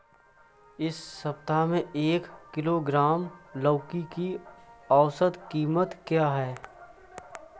इस सप्ताह में एक किलोग्राम लौकी की औसत कीमत क्या है?